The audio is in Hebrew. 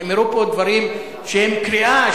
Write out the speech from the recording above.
נאמרו פה דברים שהם קריאה,